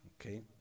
Okay